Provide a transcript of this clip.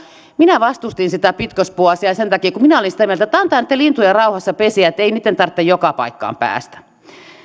minä vastustin sitä pitkospuuasiaa sen takia kun minä olin sitä mieltä että antaa niitten lintujen rauhassa pesiä että ei ihmisten tarvitse joka paikkaan päästä